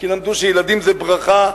כי למדו שילדים זה ברכה,